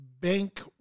bank